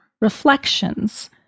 reflections